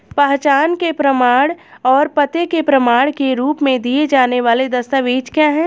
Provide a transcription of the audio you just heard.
पहचान के प्रमाण और पते के प्रमाण के रूप में दिए जाने वाले दस्तावेज क्या हैं?